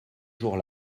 jour